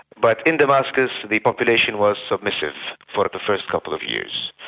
but in damascus the population was submissive for the first couple of years.